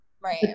Right